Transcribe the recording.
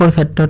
had